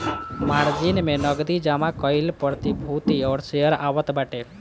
margin में नगदी जमा कईल प्रतिभूति और शेयर आवत बाटे